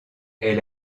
est